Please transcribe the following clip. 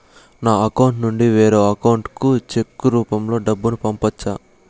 నా అకౌంట్ నుండి వేరే అకౌంట్ కి చెక్కు రూపం లో డబ్బును పంపొచ్చా?